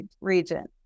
region